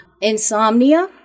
Insomnia